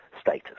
status